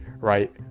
right